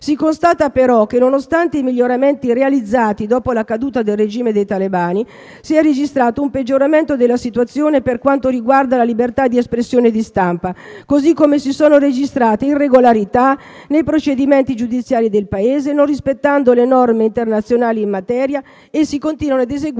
Si constata però che, nonostante i miglioramenti realizzati dopo la caduta del regime dei talebani, si è registrato un peggioramento della situazione per quanto riguarda la libertà di espressione e di stampa, così come sono state registrate irregolarità nei procedimenti giudiziari del Paese, non rispettando le norme internazionali in materia, e si continuano ad eseguire condanne a morte».